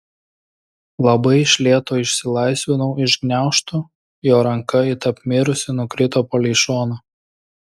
labai iš lėto išsilaisvinau iš gniaužtų jo ranka it apmirusi nukrito palei šoną